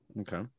Okay